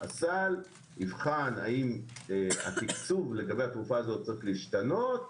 שהסל יבחן האם התקצוב לתרופה הזו צריך להשתנות,